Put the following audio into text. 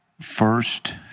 First